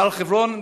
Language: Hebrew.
הר חברון,